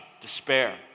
despair